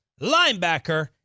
linebacker